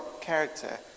character